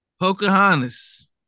Pocahontas